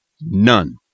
None